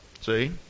See